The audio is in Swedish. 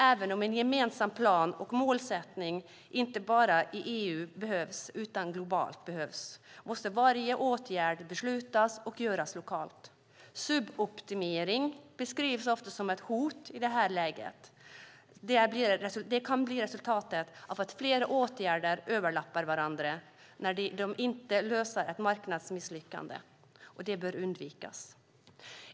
Även om en gemensam plan och målsättning behövs inte bara i EU utan även globalt måste varje åtgärd beslutas och vidtas lokalt. Suboptimering, som ofta beskrivs som ett hot i detta läge, kan bli resultatet av att flera åtgärder överlappar varandra och inte löser ett marknadsmisslyckande, och det bör undvikas.